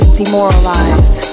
demoralized